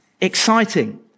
exciting